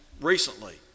recently